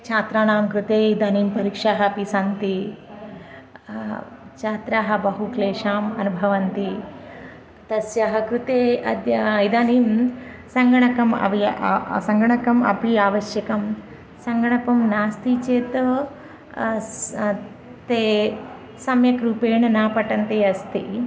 छात्राणां कृते इदानीं परीक्षाः अपि सन्ति छात्राः बहु क्लेशान् अनुभवन्ति तस्यः कृते अद्य इदानीं सङ्गणकम् अवश्यं सङ्गणकम् अपि आवश्यकं सङ्गणकं नास्ति चेत् ते सम्यक् रूपेण न पठन्ति अस्ति